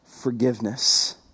forgiveness